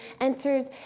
enters